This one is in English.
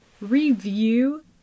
review